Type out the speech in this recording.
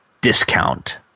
discount